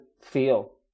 feel